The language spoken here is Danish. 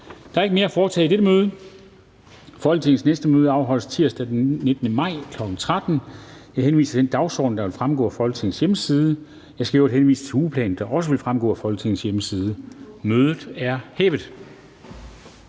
Der er ikke mere at foretage i dette møde. Folketingets næste møde afholdes tirsdag den 19. maj 2020, kl. 13.00. Jeg henviser til den dagsorden, der vil fremgå af Folketingets hjemmeside. Jeg skal i øvrigt henvise til ugeplanen, der også vil fremgå af Folketingets hjemmeside. Mødet er hævet.